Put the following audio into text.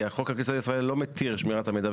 כי חוק הכניסה לישראל לא מתיר שמירת המידע,